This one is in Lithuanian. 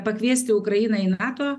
pakviesti ukrainą į nato